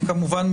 כמובן,